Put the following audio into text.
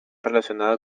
relacionada